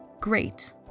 great